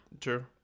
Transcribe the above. true